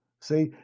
See